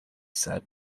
said